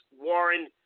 Warren